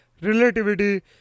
relativity